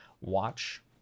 watch